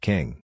King